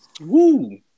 Woo